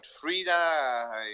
Frida